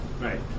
Right